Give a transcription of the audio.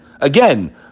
Again